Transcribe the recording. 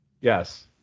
Yes